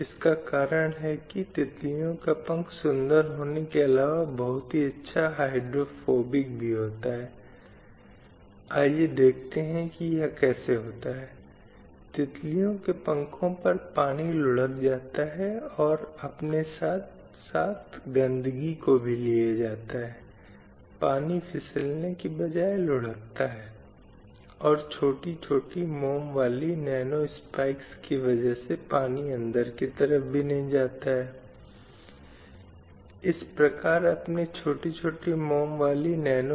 इसलिए लैंगिक न्याय मूल रूप से पुरुषों और महिलाओं के बीच मौजूद असमानताओं को समाप्त करने का प्रयास करता है और फिर ये असमानताएं समाज के हर स्तर पर पैदा होती हैं और फिर से पैदा होती हैं क्या परिवार समुदाय बाज़ार या राज्य कोई किसी भी स्तर पर देखता है वह पाता है कि असमानता के विभिन्न प्रकार हैं जो मौजूदा हैं और लैंगिक न्याय की अवधारणा वास्तव में उस असमानता को दूर करने का प्रयास करती है जो इस समाज में विद्यमान है